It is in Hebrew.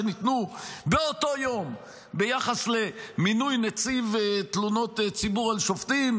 שניתנו באותו יום ביחס למינוי נציב תלונות הציבור על שופטים,